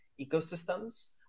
ecosystems